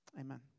Amen